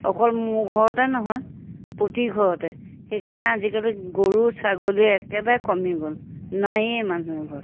অকল মোৰ ঘৰতে নহয় প্ৰতি ঘৰতে সেইকাৰণে আজিকালি গৰু ছাগলী একেবাৰে কমি গ'ল নায়েই মানুহৰ ঘৰত